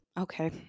Okay